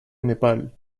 nepal